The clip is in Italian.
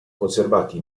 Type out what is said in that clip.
conservati